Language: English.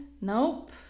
Nope